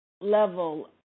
level